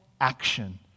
action